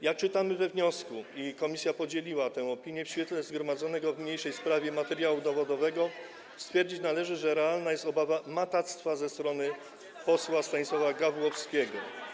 Jak czytamy we wniosku, i komisja podzieliła tę opinię, w świetle zgromadzonego w niniejszej sprawie materiału dowodowego stwierdzić należy, że realna jest obawa matactwa ze strony posła Stanisława Gawłowskiego.